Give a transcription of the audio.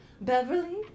Beverly